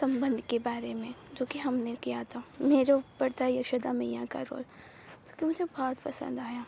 सम्बन्ध के बारे में जो कि हमने किया था मेरे ऊपर था यशोदा मैया का रोल जो कि मुझे बहुत पसंद आया